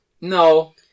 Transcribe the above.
No